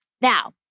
Now